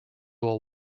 war